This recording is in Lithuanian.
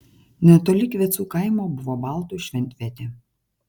netoli kvecų kaimo buvo baltų šventvietė